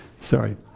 Sorry